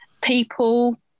people